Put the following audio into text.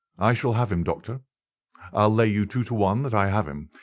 i shall have him, doctor i'll lay you two to one that i have him.